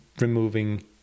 removing